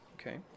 Okay